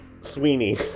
Sweeney